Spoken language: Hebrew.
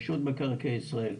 רשות מקרקעי ישראל,